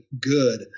good